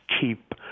keep